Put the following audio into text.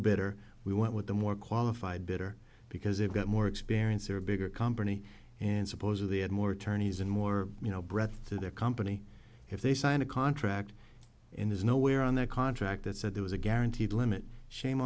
better we went with the more qualified better because they've got more experience or a bigger company and supposedly had more attorneys and more you know breadth to their company if they signed a contract in there's nowhere on their contract that said there was a guaranteed limit shame